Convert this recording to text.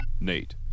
Nate